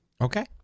Okay